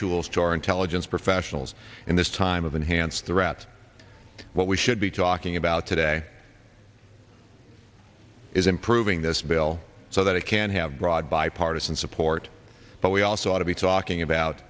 tools to our intelligence professionals in this time of enhanced the rats what we should be talking about today is improving this bill so that it can have broad bipartisan support but we also ought to be talking about